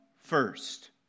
first